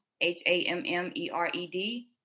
H-A-M-M-E-R-E-D